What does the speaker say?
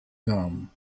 gum